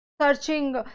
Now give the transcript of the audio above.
Searching